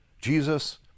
Jesus